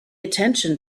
attention